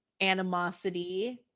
animosity